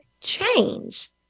change